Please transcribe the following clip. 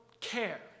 care